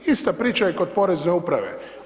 Ista priča je kod porezne uprave.